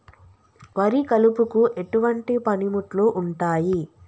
వరి కలుపుకు ఎటువంటి పనిముట్లు ఉంటాయి?